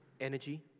energy